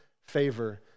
favor